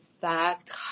fact